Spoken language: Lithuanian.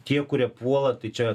tie kurie puola tai čia